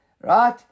Right